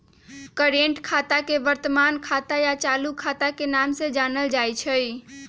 current खाता के वर्तमान खाता या चालू खाता के नाम से जानल जाई छई